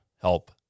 help